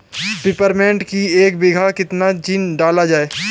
Peppermint की एक बीघा कितना जिंक डाला जाए?